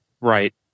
Right